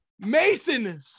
Mason